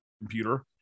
computer